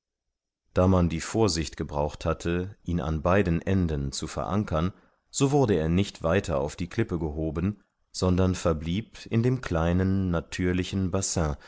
da man die vorsicht gebraucht hatte ihn an beiden enden zu verankern so wurde er nicht weiter auf die klippe gehoben sondern verblieb in dem kleinen natürlichen bassin